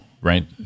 right